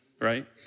Right